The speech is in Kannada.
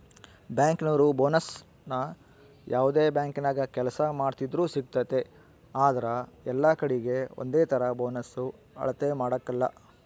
ಬ್ಯಾಂಕಿನೋರು ಬೋನಸ್ನ ಯಾವ್ದೇ ಬ್ಯಾಂಕಿನಾಗ ಕೆಲ್ಸ ಮಾಡ್ತಿದ್ರೂ ಸಿಗ್ತತೆ ಆದ್ರ ಎಲ್ಲಕಡೀಗೆ ಒಂದೇತರ ಬೋನಸ್ ಅಳತೆ ಮಾಡಕಲ